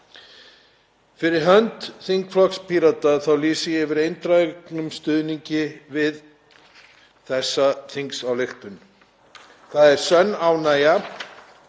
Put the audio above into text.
Fyrir hönd þingflokks Pírata þá lýsi ég yfir eindregnum stuðningi við þessa þingsályktunartillögu. Það er sönn ánægja